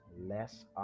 less